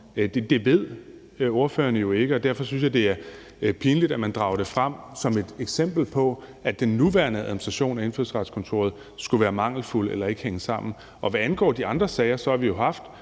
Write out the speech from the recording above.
Det ved ordføreren jo ikke, og derfor synes jeg, det er pinligt, at man drager det frem som et eksempel på, at den nuværende administration af Indfødsretskontoret skulle være mangelfuld eller ikke hænge sammen. Hvad angår de andre sager, har vi jo haft